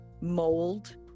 mold